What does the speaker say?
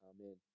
Amen